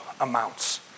amounts